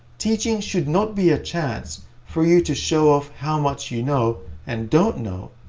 teaching should not be a chance for you to show off how much you know and don't know,